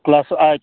class eight